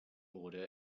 order